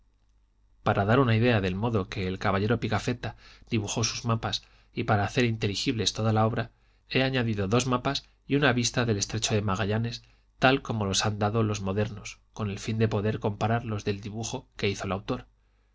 para dar una idea del modo que el caballero pigafetta dibujó sus mapas y para hacer inteligible toda la obra he añadido dos mapas y una vista del estrecho de magallanes tal como los han dado los modernos con el fin de poder compararlos con el dibujo que hizo el autor